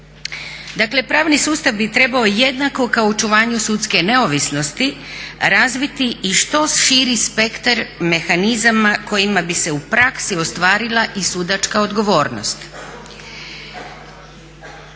Dakle pravni sustav bi trebao jednako kao u očuvanju sudske neovisnosti razviti i što širi spektar mehanizama kojima bi se u praksi ostvarila i sudačka odgovornost.